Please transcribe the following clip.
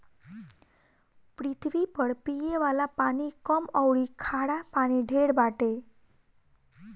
पृथ्वी पर पिये वाला पानी कम अउरी खारा पानी ढेर बाटे